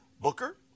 Booker